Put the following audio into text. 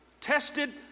tested